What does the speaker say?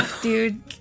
dude